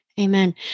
Amen